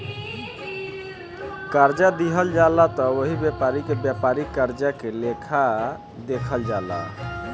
कर्जा दिहल जाला त ओह व्यापारी के व्यापारिक कर्जा के लेखा देखल जाला